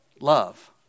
love